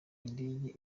indege